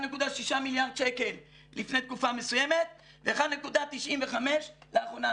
1.6 מיליארד שקל לפני תקופה מסוימת ו-1.95 לאחרונה.